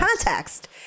context